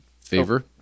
Favor